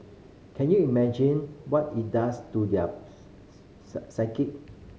can you imagine what it does to their psyche